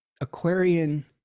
Aquarian